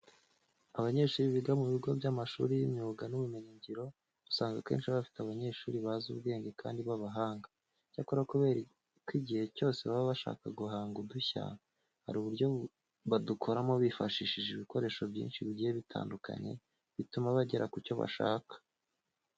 Abanyeshuri biga mu bigo by'amashuri y'imyuga n'ubumenyingiro, usanga akenshi biba bifite abanyeshuri bazi ubwenge kandi b'abahanga. Icyakora kubera ko igihe cyose baba bashaka guhanga udushya hari uburyo badukoramo bifashishije ibikoresho byinshi bigiye bitandukanye bituma bagera ku cyo bashaka.